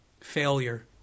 failure